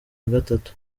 nagatatu